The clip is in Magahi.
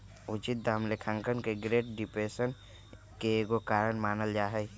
उचित दाम लेखांकन के ग्रेट डिप्रेशन के एगो कारण मानल जाइ छइ